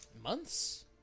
months